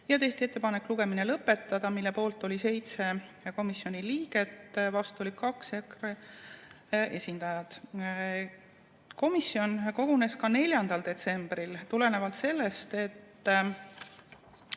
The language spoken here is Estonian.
ja tehti ettepanek lugemine lõpetada, selle poolt oli 7 komisjoni liiget ja vastu oli 2 EKRE esindajat. Komisjon kogunes ka 4. detsembril, tulenevalt sellest, et